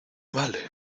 vale